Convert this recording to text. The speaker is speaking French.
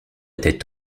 était